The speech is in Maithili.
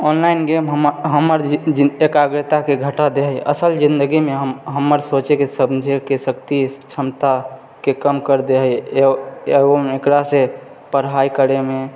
ऑनलाइन गेम हमर हमर एकाग्रताके घटा दै हइ असल जिन्दगीमे हमर सोचयके समझयके शक्ति क्षमताके कम कर दे हइ एहोमे एकरासंँ पढ़ाइ करयमे